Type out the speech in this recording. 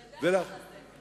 אתה יודע למה זה.